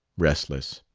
restless.